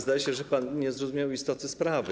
Zdaje się, że pan nie zrozumiał istoty sprawy.